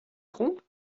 trompe